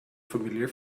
familiar